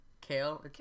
Kale